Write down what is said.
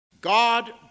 God